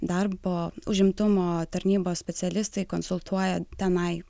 darbo užimtumo tarnybos specialistai konsultuoja tenai